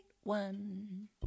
one